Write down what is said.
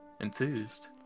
Enthused